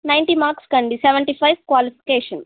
ninety మార్క్స్కండి seventy five qualification